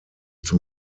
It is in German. zum